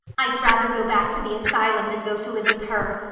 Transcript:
i'd rather go back to the asylum than go to live with her,